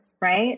Right